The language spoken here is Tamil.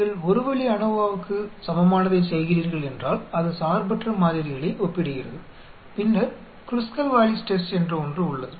நீங்கள் ஒரு வழி ANOVAக்குச் சமமானதைச் செய்கிறீர்கள் என்றால் அது சார்பற்ற மாதிரிகளை ஒப்பிடுகிறது பின்னர் க்ருஸ்கல் வாலிஸ் டெஸ்ட் என்று ஒன்று உள்ளது